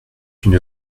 une